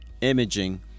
imaging